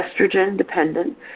estrogen-dependent